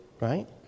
right